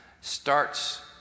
Starts